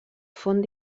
font